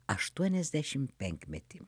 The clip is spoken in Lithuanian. aštuoniasdešim penkmetį